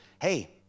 hey